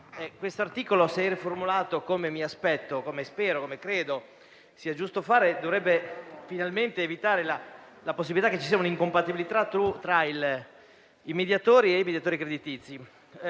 Questo articolo, ove fosse riformulato come mi aspetto, come spero e come credo sia giusto fare, dovrebbe finalmente evitare la possibilità che ci sia incompatibilità tra mediatori immobiliari e mediatori creditizi.